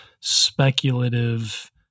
speculative